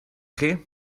chi